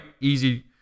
easy